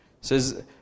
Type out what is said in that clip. says